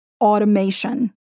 automation